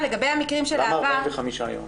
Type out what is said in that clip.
למה 45 יום?